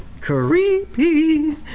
Creepy